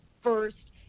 first